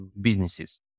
businesses